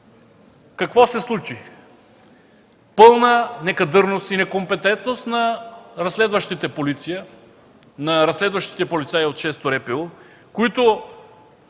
какво се случи – пълна некадърност и некомпетентност на разследващите полицаи от Шесто РПУ, които